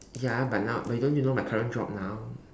ya but now but don't you know my current job now